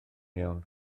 iawn